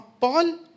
Paul